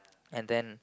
and then